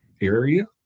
area